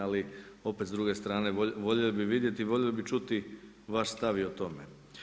Ali opet s druge strane voljeli bi vidjeti, voljeli bi čuti vaš stav i o tome.